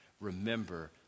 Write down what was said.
remember